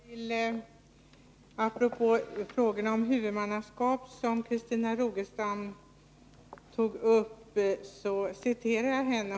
Herr talman! Apropå frågorna om huvudmannaskap som Christina Rogestam tog upp vill jag citera henne.